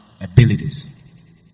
abilities